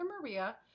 Maria